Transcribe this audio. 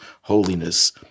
holiness